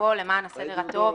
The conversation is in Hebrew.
לפרוטוקול למען הסדר הטוב,